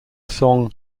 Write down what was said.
song